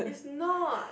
is not